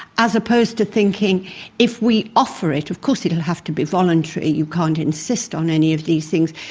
as opposed to thinking if we offer it, of course it will have to be voluntary, you can't insist on any of these things,